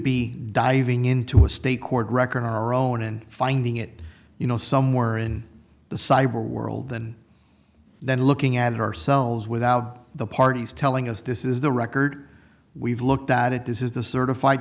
be diving into a state court record our own and finding it you know somewhere in the cyber world than then looking at her cells without the parties telling us this is the record we've looked at it this is the certified